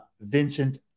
Vincent